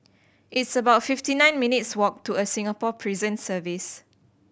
it's about fifty nine minutes' walk to a Singapore Prison Service